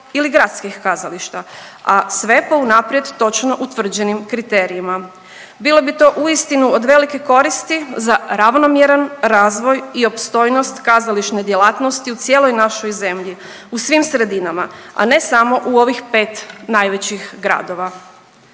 ili gradskih kazališta, a sve po unaprijed točno utvrđenim kriterijima. Bilo bi to uistinu od velike koristi za ravnomjeran razvoj i opstojnost kazališne djelatnosti u cijeloj našoj zemlji u svim sredinama, a ne samo u ovih pet najvećih gradova